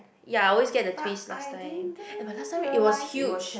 ya I always get the twist last time uh but last time it was huge